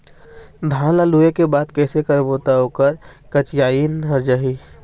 धान ला लुए के बाद कइसे करबो त ओकर कंचीयायिन हर जाही?